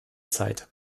zeit